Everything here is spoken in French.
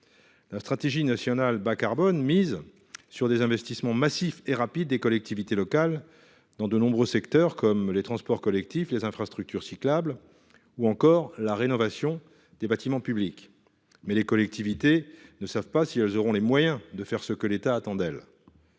La stratégie nationale bas carbone mise sur des investissements massifs et rapides des collectivités locales dans de nombreux secteurs, comme les transports collectifs, les infrastructures cyclables ou encore la rénovation des bâtiments publics. Toutefois, les collectivités ne savent pas si elles auront les moyens de faire ce que l’État attend d’elles,